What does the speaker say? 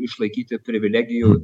išlaikyti privilegijų